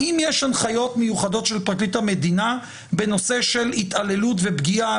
האם יש הנחיות מיוחדות של פרקליט המדינה בנושא של התעללות ופגיעה,